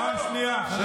פעם שנייה.